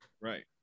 right